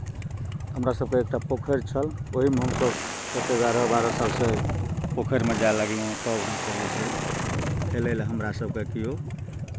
हमरा सभकेँ एक टा पोखरि छल ओहीमे हमसभ दस एगारह बारह सालसँ पोखरिमे जाए लगलहूँ तब हमसभ जे छै हेलय लए हमरा सभकेँ किओ